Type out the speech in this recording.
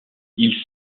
ils